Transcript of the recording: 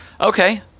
Okay